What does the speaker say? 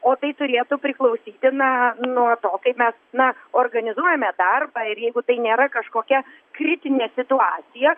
o tai turėtų priklausyti na nuo to kaip mes na organizuojame darbą ir jeigu tai nėra kažkokia kritinė situacija